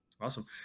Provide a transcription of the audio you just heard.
Awesome